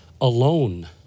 alone